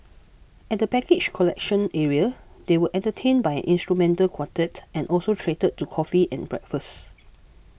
at the baggage collection area they were entertained by an instrumental quartet and also treated to coffee and breakfast